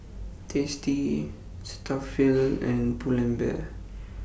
tasty Cetaphil and Pull and Bear